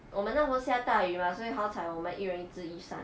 我们那时候下大雨 mah 所以好彩我们一人一只雨伞